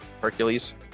Hercules